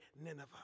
Nineveh